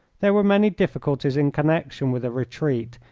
there were many difficulties in connection with a retreat,